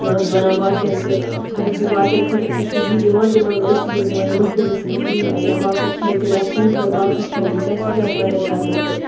وَنان باقیَن تہِ اگر تُہۍ باقیَن خٲطرٕ تہِ چھُ یی دِوان تِمَن مہٕ ٲسِو یِم دوان یِم مٔکٕرۍ رِستہٕ کِہیٖنٛۍ تہِ نہٕ یا باقٕے کھٮ۪ن تیٚلہِ آسہِ تُہٕنٛدِ پٮ۪ٹھ باقے کھٮ۪ن یُس آسہِ سُہ تہِ آسہِ واریاہ زیادٕ مۅکُر